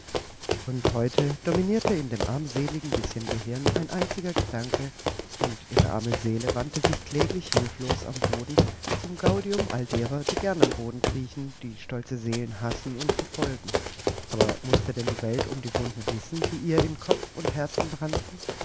und heute dominierte in dem armseligen bißchen gehirn ein einziger gedanke und ihre arme seele wand sich kläglich hilflos am boden zum gaudium all derer die gern am boden kriechen die stolze seelen hassen und verfolgen aber mußte denn die welt um die wunden wissen die ihr in kopf und herzen brannten